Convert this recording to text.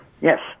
Yes